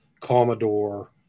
Commodore